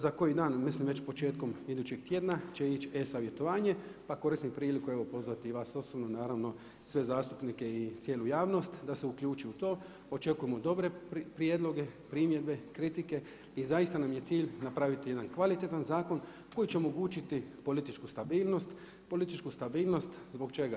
Za koji dan, mislim već početkom idućeg tjedna će ići e-savjetovanje, pa koristim priliku evo pozvati i vas osobno naravno, sve zastupnike i cijelu javnost da se uključi u to, očekujemo dobre prijedloge, primjedbe, kritike i zaista nam je cilj napraviti jedan kvalitetan zakon koji će omogućiti političku stabilnost, političku stabilnost zbog čega?